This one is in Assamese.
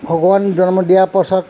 ভগৱান জন্ম দিয়া পাছত